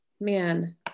man